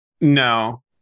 No